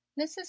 mrs